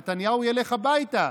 נתניהו ילך הביתה,